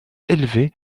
élevée